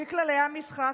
לפי כללי המשחק,